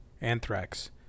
Anthrax